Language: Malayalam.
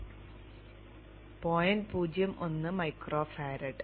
01 മൈക്രോ ഫാരഡ്